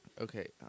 Okay